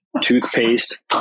toothpaste